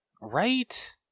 Right